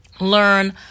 learn